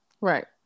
Right